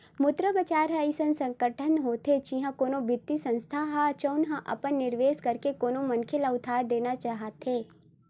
मुद्रा बजार ह अइसन संगठन होथे जिहाँ कोनो बित्तीय संस्थान हो, जउन ह अपन निवेस करके कोनो मनखे ल उधार देना चाहथे